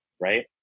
right